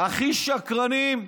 הכי שקרנים,